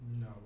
No